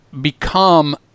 become